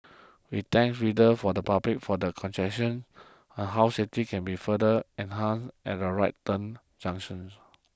we thank readers for the public for their on how safety can be further enhanced at right turn junctions